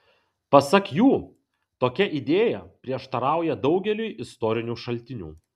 pasak jų tokia idėja prieštarauja daugeliui istorinių šaltinių